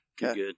good